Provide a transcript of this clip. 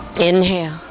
Inhale